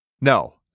No